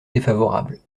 défavorables